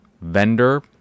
vendor